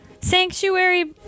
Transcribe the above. Sanctuary